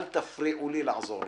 אל תפריעו לי לעזור לכם.